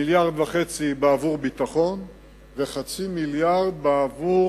מיליארד וחצי בעבור ביטחון וחצי מיליארד בעבור